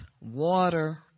water